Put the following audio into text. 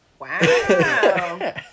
Wow